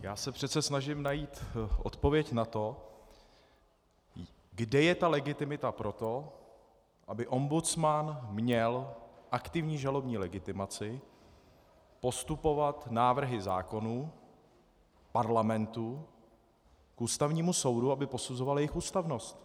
Já se přece snažím najít odpověď na to, kde je legitimita pro to, aby ombudsman měl aktivní žalobní legitimaci postupovat návrhy zákonů Parlamentu k Ústavnímu soudu, aby posuzoval jejich ústavnost.